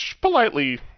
politely